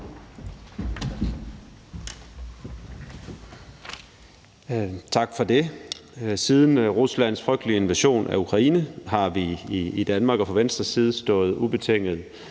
Tak for det. Siden Ruslands frygtelige invasion af Ukraine har vi i Danmark og fra Venstres side stået ubetinget